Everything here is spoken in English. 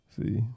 See